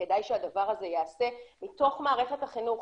כדאי שהדבר הזה ייעשה מתוך מערכת החינוך,